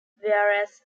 whereas